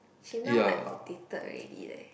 she now like outdated already leh